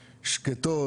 שקטות,